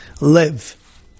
Live